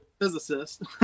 physicist